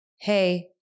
Hey